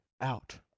Out